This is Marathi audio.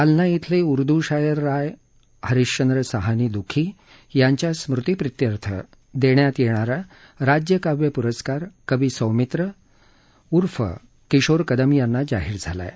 जालना छिले उर्दू शायर राय हरिश्वंद्र साहनी दुखी यांच्या स्मृतीप्रित्यर्थ देण्यात येणारा राज्य काव्य पुरस्कार कवी सौमित्र ऊर्फ किशोर कदम यांना जाहीर झाला आहे